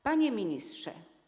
Panie Ministrze!